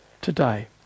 today